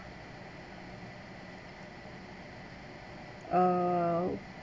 oh